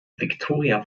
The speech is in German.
viktoria